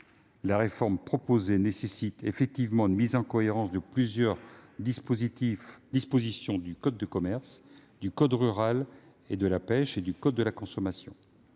La réforme proposée nécessite effectivement une mise en cohérence de plusieurs dispositions du code de commerce, du code rural et de la pêche maritime et du code de la consommation.